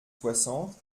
soixante